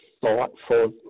thoughtful